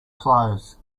close